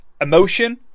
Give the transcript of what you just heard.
emotion